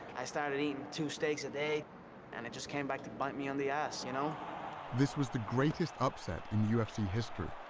i started eating two steaks a day and it just came back to bite me on the ass, you know this was the greatest upset in ufc history,